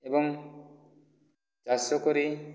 ଏବଂ ଚାଷ କରି